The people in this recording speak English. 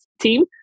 team